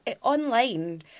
online